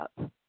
up